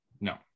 No